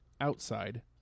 Outside